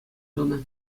тунӑ